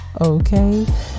Okay